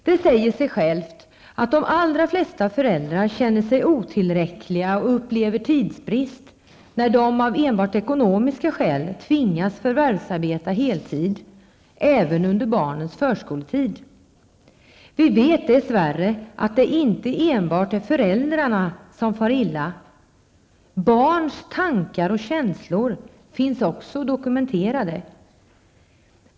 Det säger sig självt att de allra flesta föräldrar känner sig otillräckliga och upplever tidsbrist när de av enbart ekonomiska skäl tvingas förvärvsarbeta heltid även under barnens förskoletid. Vi vet dess värre att det inte bara är föräldrarna som far illa. Också barns tankar och känslor finns dokumenterade.